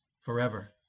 forever